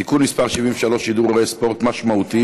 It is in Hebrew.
(תיקון מס' 73) (שידורי ספורט משמעותיים),